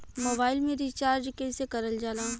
Mobile में recharge कइसे करल जाला?